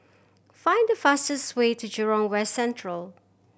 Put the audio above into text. find the fastest way to Jurong West Central